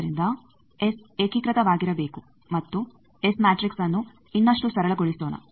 ಆದ್ದರಿಂದ ಎಸ್ ಏಕೀಕೃತವಾಗಿರಬೇಕು ಮತ್ತು ಎಸ್ ಮ್ಯಾಟ್ರಿಕ್ಸ್ಅನ್ನು ಇನ್ನಷ್ಟು ಸರಳಗೊಳಿಸೋಣ